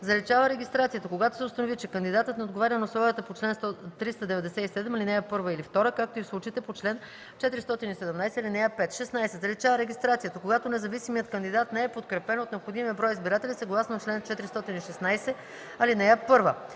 заличава регистрацията, когато се установи, че кандидатът не отговаря на условията по чл. 397, ал. 1 или 2, както и в случаите по чл. 417, ал. 5; 16. заличава регистрацията, когато независимият кандидат не е подкрепен от необходимия брой избиратели съгласно чл. 416, ал. 1; 17.